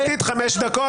התייעצות סיעתית חמש דקות.